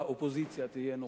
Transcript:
האופוזיציה תהיה נוכחת.